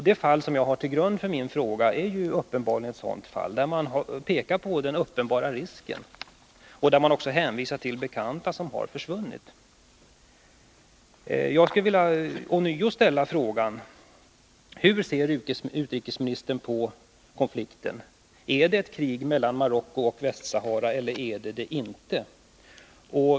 Det fall som jag har till grund för min fråga är ju ett sådant fall, där man pekat på den uppenbara risken och där man hänvisar till bekanta som har försvunnit. Jag skulle ånyo vilja ställa frågan: Hur ser utrikesministern på konflikten? Är det krig mellan Marocko och Västra Sahara eller är det inte det?